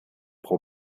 pro